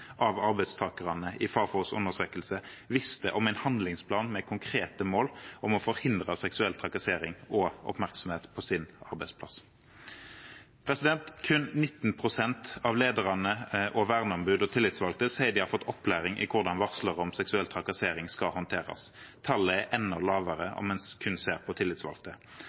av arbeidstakerne i Fafos undersøkelse visste om en handlingsplan med konkrete mål om å forhindre seksuell trakassering og oppmerksomhet på sin arbeidsplass. Kun 19 pst. av ledere, verneombud og tillitsvalgte sier de har fått opplæring i hvordan varsler om seksuell trakassering skal håndteres. Tallet er enda lavere om en kun ser på tillitsvalgte.